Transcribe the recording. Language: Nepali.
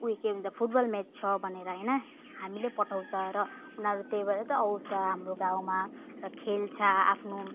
उही के भन्छ फुटबल म्याच छ भनेर होइन हामीले पठाउँछ र उनीहरू त्यही भएर त आउँछ हाम्रो गाउँमा र खेल्छ आफ्नो